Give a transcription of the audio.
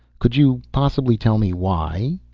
could you possibly tell me why?